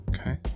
Okay